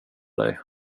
dig